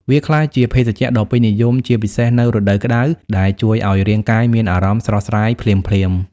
វាក្លាយជាភេសជ្ជៈដ៏ពេញនិយមជាពិសេសនៅរដូវក្តៅ ដែលជួយឲ្យរាងកាយមានអារម្មណ៍ស្រស់ស្រាយភ្លាមៗ។